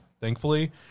thankfully